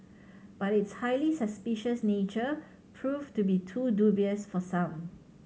but its highly suspicious nature proved to be too dubious for some